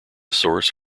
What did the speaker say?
source